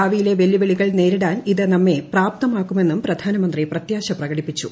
ഭാവിയിലെ വെല്ലുവിളികൾ നേരിടാൻ ഇത് നമ്മെ പ്രാപ്തമാക്കുമെന്നും പ്രധാനമന്ത്രി പ്രത്യാശ പ്രകടിപ്പിച്ചു